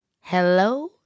Hello